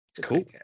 cool